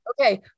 Okay